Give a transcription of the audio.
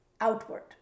outward